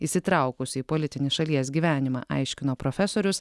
įsitraukusi į politinį šalies gyvenimą aiškino profesorius